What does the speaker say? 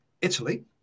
Italy